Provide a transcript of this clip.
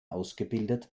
ausgebildet